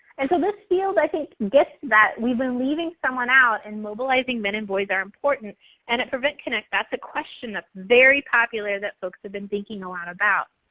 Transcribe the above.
and so this field, i think, gets that we've been leaving someone out and mobilizing men and boys are important and at prevent connect that's a question that's very popular that folks have been thinking a lot about.